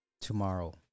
tomorrow